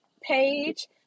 page